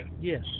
Yes